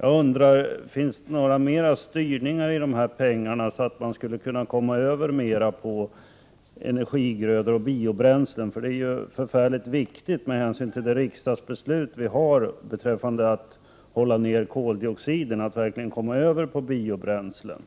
Jag undrar om dessa pengar är styrda på något annat sätt, så att det blir möjligt att övergå mer till energigrödor och biobränslen, eftersom det är mycket viktigt med hänsyn till det riksdagsbeslut som har fattats om att koldioxidutsläppen skall minskas och att man i stället skall övergå till biobränslen.